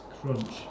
crunch